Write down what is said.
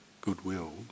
goodwill